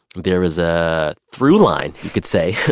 there is a throughline, you could say,